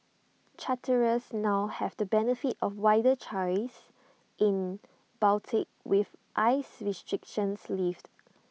charterers now have the benefit of wider choice in Baltic with ice restrictions lifted